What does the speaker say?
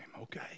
okay